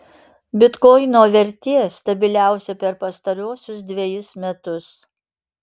bitkoino vertė stabiliausia per pastaruosius dvejus metus